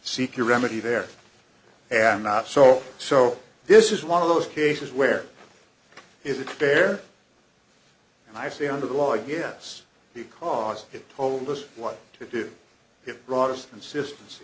a remedy there and not so so this is one of those cases where is it fair and i say under the law yes because it told us what to do it brought us consistenc